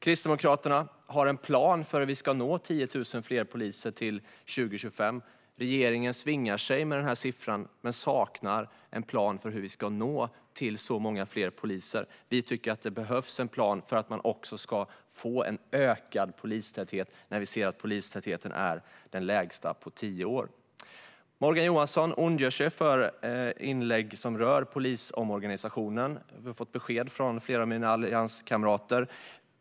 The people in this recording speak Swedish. Kristdemokraterna har en plan för hur vi ska nå 10 000 fler poliser till 2025. Regeringen svänger sig med denna siffra men saknar en plan för hur vi nå upp till så många fler poliser. Vi tycker att det behövs en plan för att man ska få en ökad polistäthet, när vi ser att den är den lägsta på tio år. Morgan Johansson ondgjorde sig över inlägg som rörde polisomorganisationen. Vi har fått besked från flera av mina allianskamrater.